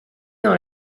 dans